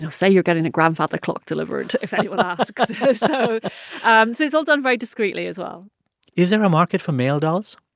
say you're getting a grandfather clock delivered if anyone asks so um this is all done very discreetly, as well is there a market for male dolls?